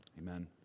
amen